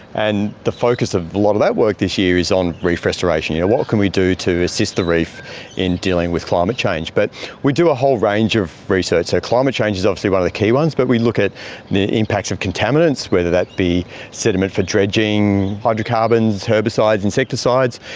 and the focus of a lot of that work this year is on reef restoration. you know, what can we do to assist the reef in dealing with climate change? but we do a whole range of research. so so climate change is obviously one of the key ones but we look at the impacts of contaminants, whether that be sediment for dredging, hydrocarbons, herbicides, insecticides.